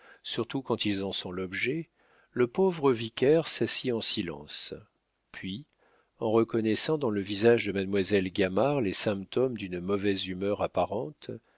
surtout quand ils en sont l'objet le pauvre vicaire s'assit en silence puis en reconnaissant dans le visage de mademoiselle gamard les symptômes d'une mauvaise humeur apparente